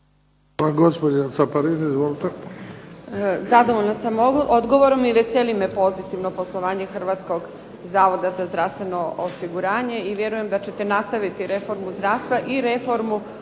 **Caparin, Karmela (HDZ)** Zadovoljna sam odgovorom i veseli me pozitivno poslovanje Hrvatskog zavoda za zdravstveno osiguranje i vjerujem da ćete nastaviti reformu zdravstva i reformu